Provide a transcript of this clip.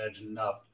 enough